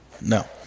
no